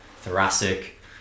thoracic